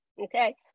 Okay